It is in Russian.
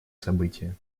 события